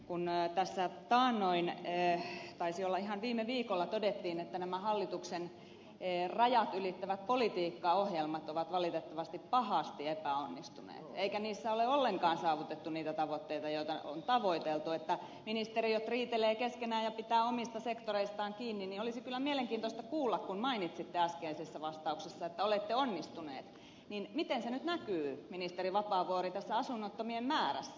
kun tässä taannoin taisi olla ihan viime viikolla todettiin että nämä hallituksen rajat ylittävät politiikkaohjelmat ovat valitettavasti pahasti epäonnistuneet eikä niissä ole ollenkaan saavutettu niitä tavoitteita joita on tavoiteltu ministeriöt riitelevät keskenään ja pitävät omista sektoreistaan kiinni niin olisi kyllä mielenkiintoista kuulla kun mainitsitte äskeisessä vastauksessa että olette onnistuneet miten se nyt näkyy ministeri vapaavuori tässä asunnottomien määrässä